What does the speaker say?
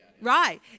right